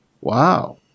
Wow